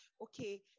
okay